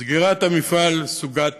סגירת המפעל סוגת